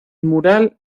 mural